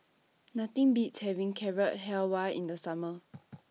Nothing Beats having Carrot Halwa in The Summer